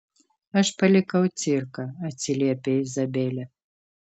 aš palikau cirką atsiliepia izabelė